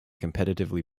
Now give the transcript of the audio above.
competitively